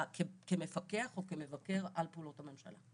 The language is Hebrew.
כמפקח או כמבקר על פעולות הממשלה.